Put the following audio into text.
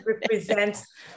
represents